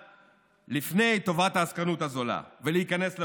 לפני טובת העסקנות הזולה ולהיכנס לפרויקט.